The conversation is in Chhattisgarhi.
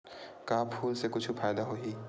का फूल से कुछु फ़ायदा होही?